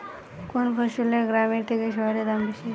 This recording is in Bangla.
কোন ফসলের গ্রামের থেকে শহরে দাম বেশি?